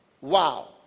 Wow